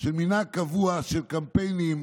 מנהג קבוע של קמפיינים